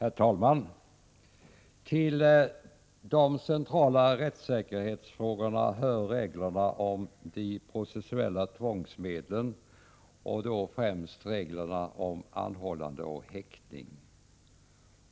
Herr talman! Till de centrala rättssäkerhetsfrågorna hör reglerna om de processuella tvångsmedlen och främst reglerna om anhållande och häktning.